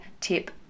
tip